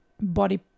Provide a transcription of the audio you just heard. body